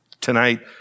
tonight